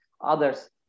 others